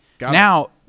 Now